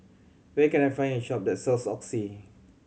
where can I find a shop that sells Oxy